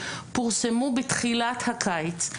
פורסמו בתחילת הקיץ.